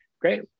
great